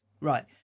Right